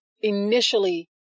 initially